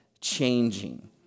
changing